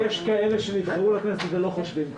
יש כאלה שנבחרו לכנסת ולא חושבים ככה.